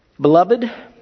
Beloved